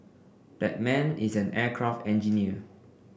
that man is an aircraft engineer